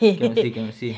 cannot say cannot say